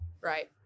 Right